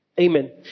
Amen